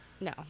No